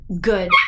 good